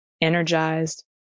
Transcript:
energized